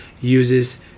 uses